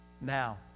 Now